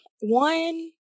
one